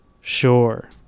sure